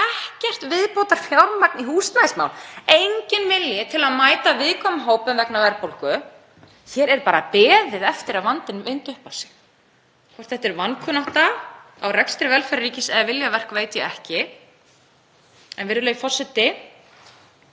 ekkert viðbótarfjármagn í húsnæðismál, enginn vilji til að mæta viðkvæmum hópum vegna verðbólgu. Hér er bara beðið eftir að vandinn vindi upp á sig. Hvort þetta er vankunnátta á rekstri velferðarríkis eða viljaverk veit ég ekki. En, virðulegi forseti,